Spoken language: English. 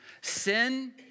sin